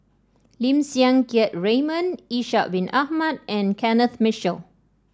Lim Siang Keat Raymond Ishak Bin Ahmad and Kenneth Mitchell